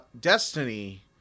Destiny